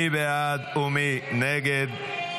מי בעד ומי נגד?